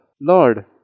Lord